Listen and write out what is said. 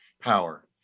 power